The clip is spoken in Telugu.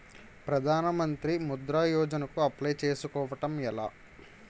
ప్రధాన మంత్రి ముద్రా యోజన కు అప్లయ్ చేసుకోవటం ఎలా?